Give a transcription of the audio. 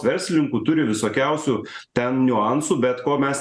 verslininkų turi visokiausių ten niuansų bet ko mes